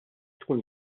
tkun